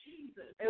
Jesus